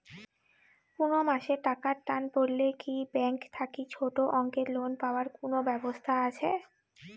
কুনো মাসে টাকার টান পড়লে কি ব্যাংক থাকি ছোটো অঙ্কের লোন পাবার কুনো ব্যাবস্থা আছে?